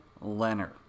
Leonard